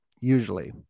Usually